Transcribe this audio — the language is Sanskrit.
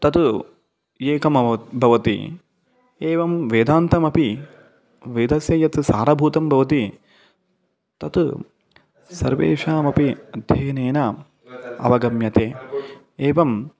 तत् एकमेव भवति एवं वेदान्तमपि वेदस्य यत् सारभूतं भवति तत् सर्वेषामपि अध्ययनेन अवगम्यते एवं